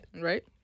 Right